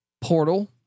portal